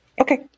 Okay